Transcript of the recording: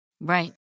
Right